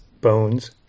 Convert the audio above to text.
bones